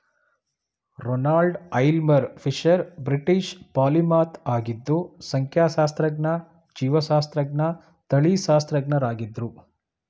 Ronald Aylmer Fisher British polymath ಆಗಿದ್ದು ಸಂಖ್ಯಾಶಾಸ್ತ್ರಜ್ಞ ಜೀವಶಾಸ್ತ್ರಜ್ಞ ತಳಿಶಾಸ್ತ್ರಜ್ಞರಾಗಿದ್ರು